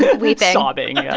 weeping sobbing, yeah